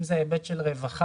אם זה היבט של רווחה,